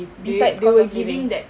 they they were giving that